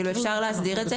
אפשר להסדיר את זה.